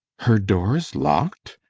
her doors lock'd?